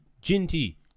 Ginty